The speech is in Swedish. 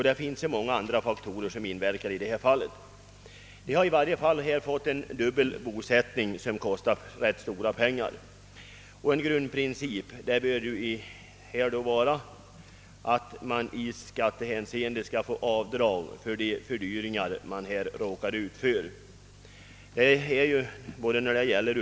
Det finns också många andra faktorer som inverkar. De människor som på detta sätt fått en dubbel bosättning som kostar stora pengar bör i skattehänseende få göra avdrag för de fördyringar de åsamkas när det gäller uppehälle, hyra, resor m.m.